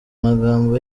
magambo